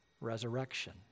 resurrection